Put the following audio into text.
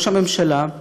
ראש הממשלה,